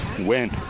win